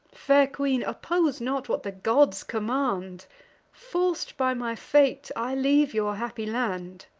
fair queen, oppose not what the gods command forc'd by my fate, i leave your happy land.